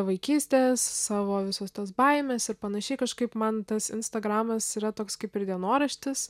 vaikystės savo visos tos baimės ir panašiai kažkaip man tas instagramas yra toks kaip ir dienoraštis